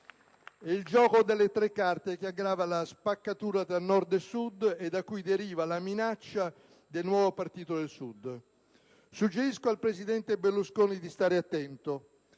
un gioco delle tre carte che aggrava la spaccatura tra Nord e Sud e da cui deriva la minaccia del nuovo Partito del Sud. Suggerisco al presidente Berlusconi di stare attento: